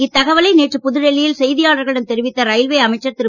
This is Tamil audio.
இத்தகவலை நேற்று புதுடெல்லியில் செய்தியாளர்களிடம் தெரிவித்த ரயில்வே அமைச்சர் திரு